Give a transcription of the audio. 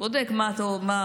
בודק מה טוב,